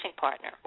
partner